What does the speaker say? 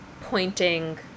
pointing